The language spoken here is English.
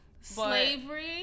Slavery